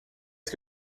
que